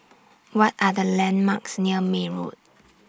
What Are The landmarks near May Road